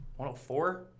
104